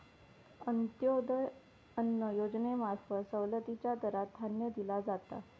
अंत्योदय अन्न योजनेंमार्फत सवलतीच्या दरात धान्य दिला जाता